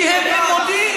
כי הם מודים,